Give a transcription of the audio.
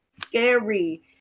Scary